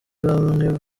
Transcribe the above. bamwe